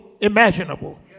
imaginable